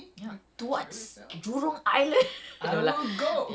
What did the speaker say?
and I was like that's fair that's fair